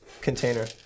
container